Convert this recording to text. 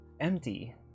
empty